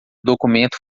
documento